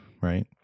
Right